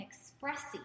expressing